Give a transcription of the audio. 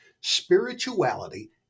Spirituality